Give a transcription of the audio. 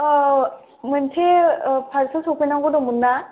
औ मोनसे पार्सेल सफैनांगौ दंमोन ना